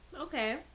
Okay